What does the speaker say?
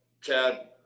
Chad